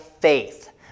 faith